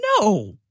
No